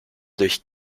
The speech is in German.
durch